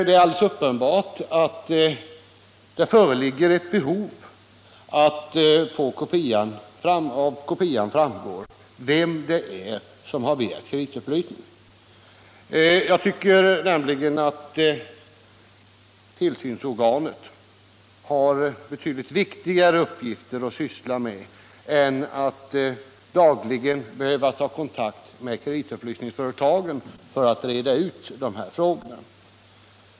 Det är alldeles uppenbart att det föreligger ett behov av att det av kopian framgår vem det är som har begärt kreditupplysningen. Jag tycker nämligen att tillsynsorganet har betydligt viktigare uppgifter att syssla med än att dagligen behöva ta kontakt med kreditupplysningsföretagen för att reda ut de här frågorna.